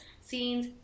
scenes